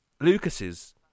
Lucas's